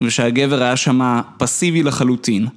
ושהגבר היה שמה פסיבי לחלוטין